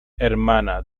hermana